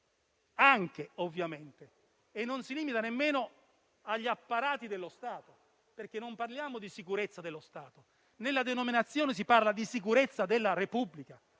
quello, ovviamente - e non si limita nemmeno agli apparati dello Stato, perché non parliamo di sicurezza dello Stato. Nella denominazione si parla di sicurezza della Repubblica,